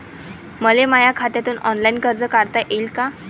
मले माया खात्यातून ऑनलाईन कर्ज काढता येईन का?